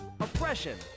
oppression